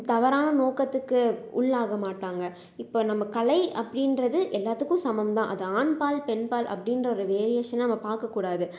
தவறான நோக்கத்துக்கு உள்ளாகமாட்டாங்க இப்போ நம்ம கலை அப்படின்றது எல்லாத்துக்கும் சமம் தான் அது ஆண்பால் பெண்பால் அப்படின்ற ஒரு வேறியேஷன் நம்ம பார்க்கக்கூடாது